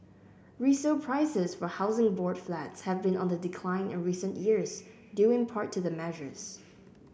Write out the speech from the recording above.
resale prices for Housing Board Flats have been on the decline in recent years due in part to the measures